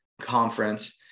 conference